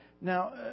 Now